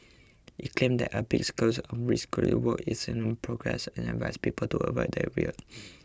it claimed that a big scale of rescue work is in progress and advised people to avoid the area